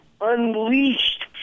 unleashed